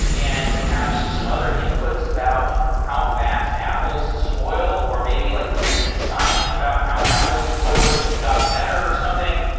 and perhaps some other inputs about how fast apples spoil or maybe like recent science about how apple spoilage has gotten better or something.